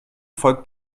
folgt